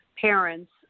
parents